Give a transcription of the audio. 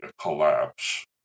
collapse